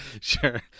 sure